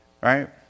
right